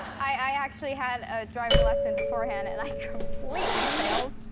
i actually had a driving lesson beforehand and i completely failed.